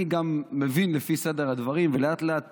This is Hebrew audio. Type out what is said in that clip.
אני גם מבין לפי סדר הדברים ולאט-לאט